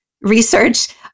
research